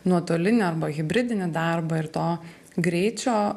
nuotolinį arba hibridinį darbą ir to greičio